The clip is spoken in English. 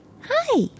hi